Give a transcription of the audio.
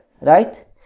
right